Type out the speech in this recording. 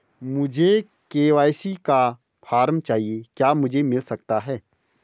मुझे के.वाई.सी का फॉर्म चाहिए क्या मुझे मिल सकता है?